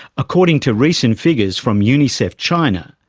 according to recent figures from unicef china,